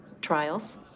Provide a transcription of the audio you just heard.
trials